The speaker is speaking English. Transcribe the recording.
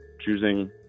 choosing